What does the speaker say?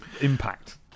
impact